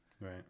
right